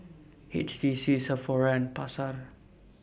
H T C Sephora and Pasar